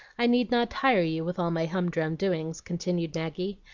i need not tire you with all my humdrum doings, continued maggie.